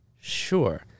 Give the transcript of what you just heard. Sure